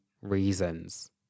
reasons